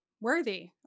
worthy